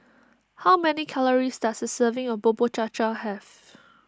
how many calories does a serving of Bubur Cha Cha have